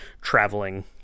traveling